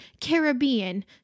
Caribbean